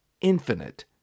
infinite